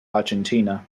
argentina